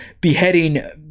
beheading